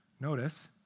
Notice